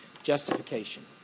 Justification